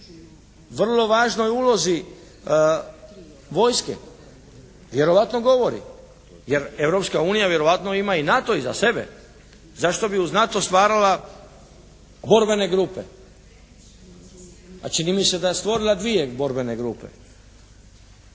vrlo važnoj ulozi vojske. Vjerojatno govori, jer Europska unija vjerojatno ima i NATO iza sebe. Zašto bi uz NATO stvarala borbene grupe, a čini mi se da je stvorila dvije borbene grupe.